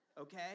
okay